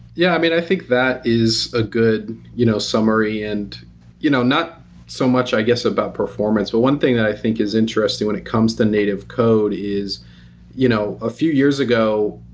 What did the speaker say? yeah. i mean, i think that is a good you know summary. and you know not so much i guess about performance, but one thing that i think is interesting when it comes to native code is you know a few years ago,